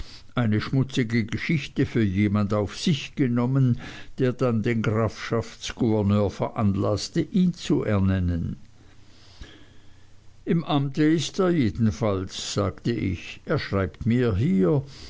eine schmutzige geschichte für jemand auf sich genommen der dann den grafschaftsgouverneur veranlaßte ihn zu ernennen im amt ist er jedenfalls sagte ich er schreibt mir hier